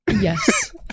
Yes